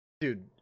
dude